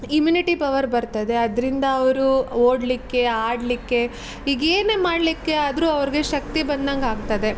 immunity power ಬರ್ತದೆ ಅದರಿಂದ ಅವರು ಓದಲಿಕ್ಕೆ ಆಡಲಿಕ್ಕೆ ಈಗ ಏನೇ ಮಾಡಲಿಕ್ಕೆ ಆದರೂ ಅವ್ರಿಗೆ ಶಕ್ತಿ ಬಂದಂಗೆ ಆಗ್ತದೆ